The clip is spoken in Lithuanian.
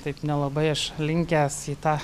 taip nelabai aš linkęs į tą